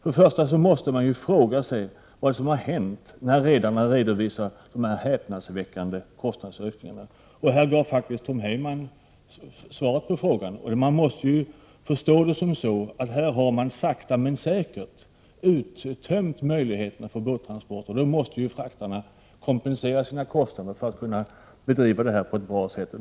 För det första måste man ju fråga sig vad som har hänt när redarna påvisat dessa häpnadsväckande kostnadsökningar. Tom Heyman gav faktiskt svaret på frågan. Vi måste förstå saken så, att här har man sakta men säkert uttömt möjligheterna till båttransporter, och då blir det nödvändigt för befraktarna att kompensera sig för att kunna bedriva trafiken på ett bra sätt.